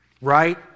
right